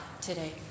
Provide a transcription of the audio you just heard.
today